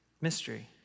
mystery